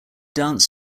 dance